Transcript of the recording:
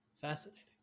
fascinating